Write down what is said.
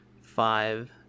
five